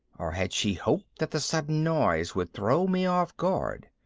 or had she hoped that the sudden noise would throw me off guard?